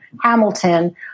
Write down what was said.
Hamilton